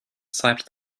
slapped